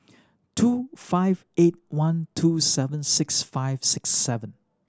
two five eight one two seven six five six seven